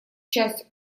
часть